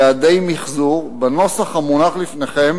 יעדי המיחזור, בנוסח המונח לפניכם